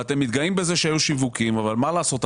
ואתם מתגאים בזה שהיו שיווקים, אבל מה לעשות?